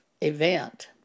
event